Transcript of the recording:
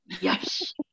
yes